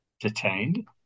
detained